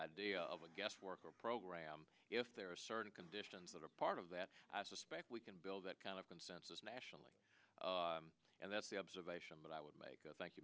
idea of a guest worker program if there are certain conditions that are part of that i suspect we can build that kind of consensus nationally and that's the observation but i would make a thank you